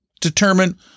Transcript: determine